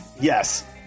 Yes